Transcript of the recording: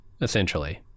essentially